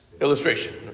Illustration